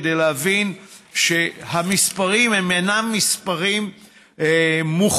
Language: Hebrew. כדי להבין שהמספרים הם אינם מספרים מוחלטים.